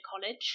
college